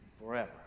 forever